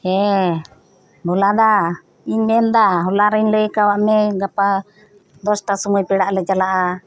ᱦᱮᱸ ᱵᱷᱚᱞᱟ ᱫᱟ ᱤᱧ ᱢᱮᱱ ᱮᱫᱟ ᱦᱚᱞᱟ ᱨᱮᱧ ᱞᱟᱹᱭ ᱟᱠᱟᱫ ᱢᱮᱭᱟ ᱜᱟᱯᱟ ᱫᱚᱥᱴᱟ ᱥᱳᱢᱳᱭ ᱯᱮᱲᱟᱜ ᱞᱮ ᱪᱟᱞᱟᱜᱼᱟ